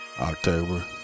October